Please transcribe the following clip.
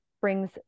brings